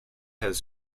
has